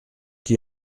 qui